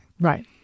Right